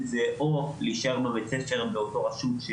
או להישאר בבית הספר באותה רשות,